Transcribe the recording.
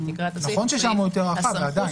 נכון ששם הוא יותר רחב עדיין.